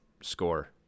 score